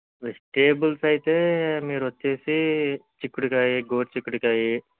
vegetables అయితే మీరొచ్చేసి చిక్కుడుకాయి గోరు చిక్కుడుకాయి